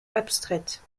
abstraites